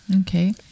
Okay